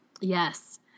Yes